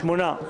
שמונה.